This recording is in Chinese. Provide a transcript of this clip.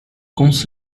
公司